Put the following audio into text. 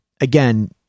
again